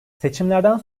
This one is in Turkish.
seçimlerden